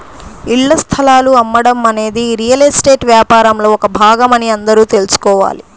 ఇళ్ల స్థలాలు అమ్మటం అనేది రియల్ ఎస్టేట్ వ్యాపారంలో ఒక భాగమని అందరూ తెల్సుకోవాలి